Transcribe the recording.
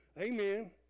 Amen